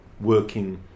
Working